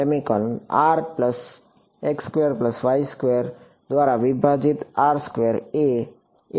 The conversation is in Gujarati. તેથી દ્વારા વિભાજીત એ એ છે